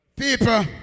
People